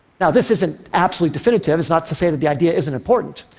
now, this isn't absolutely definitive, it's not to say that the idea isn't important,